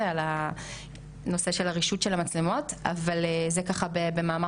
שהבנו עד כמה התופעה הזאת היא באמת באמת נפוצה,